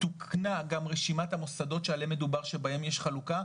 תוקנה גם רשימת המוסדות שעליהן מדובר שבהן יש חלוקה,